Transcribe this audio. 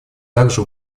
также